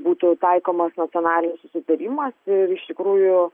būtų taikomas nacionalinis susitarimas ir iš tikrųjų